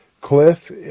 Cliff